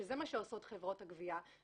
שזה מה שעושות חברות הגבייה,